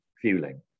fueling